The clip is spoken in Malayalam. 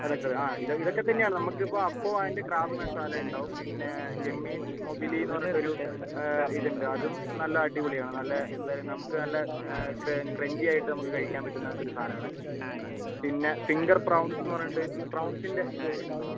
അതൊക്കെ ആ ഇതൊക്കെ തന്നെ ആണ് നമുക്ക് ഇപ്പോൾ അപ്പം ആൻഡ് ക്രാബ് മസാല ഉണ്ടാവും പിന്നെ ചെമ്മീൻ മൊബിലിയെന്ന് പറഞ്ഞിട്ട് ഒരു ഇത് ഉണ്ട് അതും നല്ല അടിപൊളിയാണ് നല്ല എന്തായാലും നമുക്ക് നല്ല ക്രഞ്ചി ആയിട്ട് നമുക്ക് കഴിക്കാൻ പറ്റുന്ന ഒരു സാധനം ആണ് പിന്നെ ഫിംഗർ പ്രോൺസ് എന്ന് പറഞ്ഞിട്ട് പ്രോൺസിൻ്റെ ഇത് ഉണ്ടോ